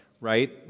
right